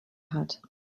hat